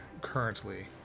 currently